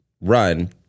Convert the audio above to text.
run